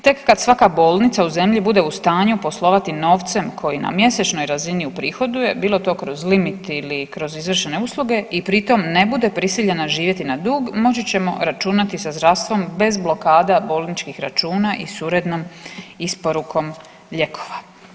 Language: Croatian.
Tek kad svaka bolnica u zemlji bude u stanju poslovati novcem koji na mjesečnoj razini uprihoduje, bilo to kroz limit ili kroz izvršene usluge i pritom ne bude prisiljena živjeti na dug, moći ćemo računati sa zdravstvom bez blokada bolničkih računa i s urednom isporukom lijekova.